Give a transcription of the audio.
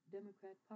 Democrat